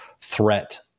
threat